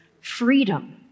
freedom